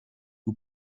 who